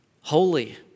holy